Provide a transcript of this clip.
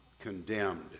condemned